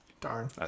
darn